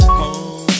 home